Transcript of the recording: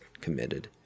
committed